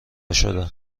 شدم